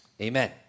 amen